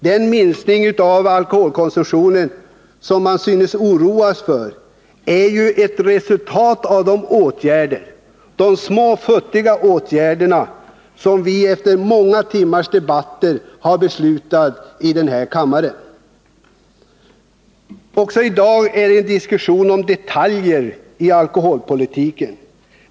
Den minskning av alkoholkonsumtionen som bolaget synes oroas för är ett resultat av de åtgärder, de små futtiga åtgärder, som vi efter många timmars debatter har beslutat om i den här kammaren. Också i dag är det en diskussion om detaljer i alkoholpolitiken.